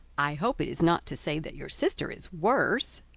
i hope it is not to say that your sister is worse.